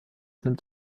nimmt